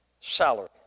salary